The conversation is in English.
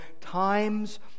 times